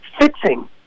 fixing